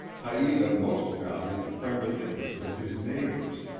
haita most valued the friendly interest of his neighbors,